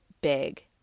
big